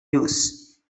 use